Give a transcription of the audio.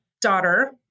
daughter